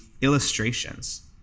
illustrations